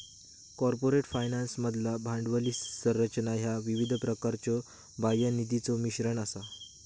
corporate फायनान्समधला भांडवली संरचना ह्या विविध प्रकारच्यो बाह्य निधीचो मिश्रण असा